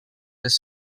les